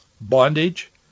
bondage